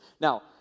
Now